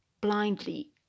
blindly